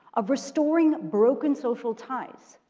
of restoring broken social ties,